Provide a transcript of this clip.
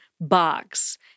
box